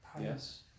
Yes